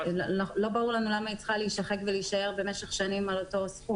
לא ברור לנו למה היא צריכה להישחק ולהישאר במשך שנים על אותו סכום.